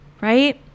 Right